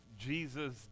Jesus